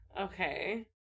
Okay